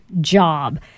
job